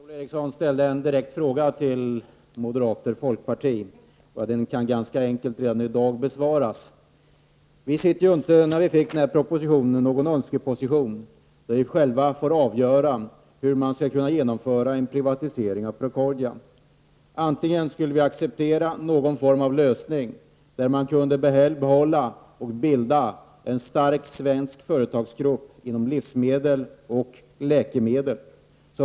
Herr talman! Per-Ola Eriksson ställde en direkt fråga till moderata samlingspartiet och folkpartiet. Den kan redan i dag besvaras ganska enkelt. När vi fick denna proposition satt vi inte i någon önskeposition, där vi själva fick avgöra hur man skulle kunna genomföra en privatisering av Procordia. Ett alternativ var att acceptera någon form av lösning, där man kunde behålla och bilda en stark svensk företagsgrupp inom livsmedelsoch läkemedelsområdet.